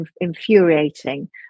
infuriating